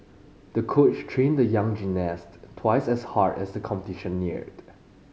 the coach trained the young gymnast twice as hard as the competition neared